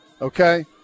Okay